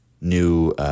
new